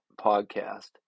podcast